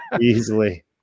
Easily